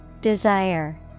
Desire